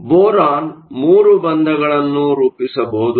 ಆದ್ದರಿಂದ ಬೋರಾನ್ 3 ಬಂಧಗಳನ್ನು ರೂಪಿಸಬಹುದು